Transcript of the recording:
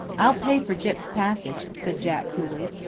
i'll pay for gyp's passage, said jack coolly.